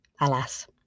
Alas